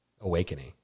awakening